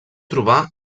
trobar